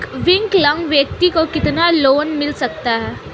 विकलांग व्यक्ति को कितना लोंन मिल सकता है?